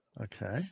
Okay